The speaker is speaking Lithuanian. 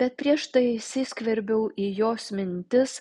bet prieš tai įsiskverbiau į jos mintis